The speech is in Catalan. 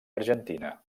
argentina